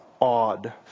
odd